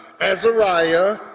Azariah